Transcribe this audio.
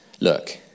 look